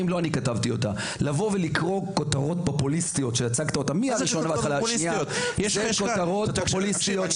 לבוא ולקרוא כותרות פופוליסטיות שהצגת אותן מה זה כותרות פופוליסטיות?